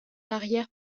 l’arrière